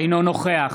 אינו נוכח